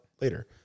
later